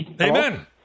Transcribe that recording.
Amen